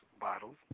bottles